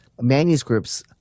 manuscripts